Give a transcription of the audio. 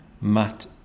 matt